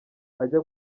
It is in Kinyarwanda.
ajya